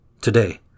Today